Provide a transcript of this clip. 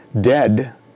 dead